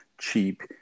cheap